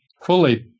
fully